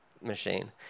machine